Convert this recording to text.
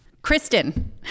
Kristen